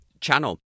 channel